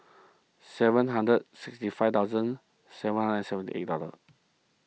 seven hundred sixty five thousand seven hundred and seventy eight dollar